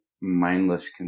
mindless